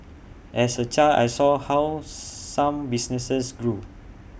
as A child I saw how some businesses grew